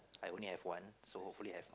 I only have one so hopefully have